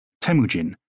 Temujin